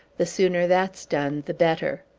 the sooner that's done, the better.